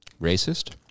Racist